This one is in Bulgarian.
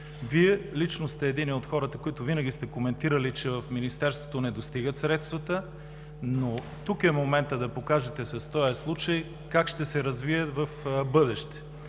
Вие лично сте единият от хората, които винаги сте коментирали, че в Министерството не достигат средствата, но тук е моментът да покажете с този случай как ще се развият в бъдеще.